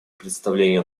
представления